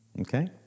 okay